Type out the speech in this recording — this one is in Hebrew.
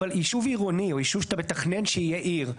יישוב עירוני או יישוב שאתה מתכנן שיהיה עיר,